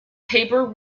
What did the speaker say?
tabor